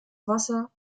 wasser